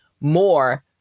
more